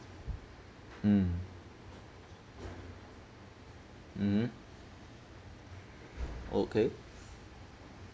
mm hmm okay